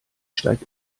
steigt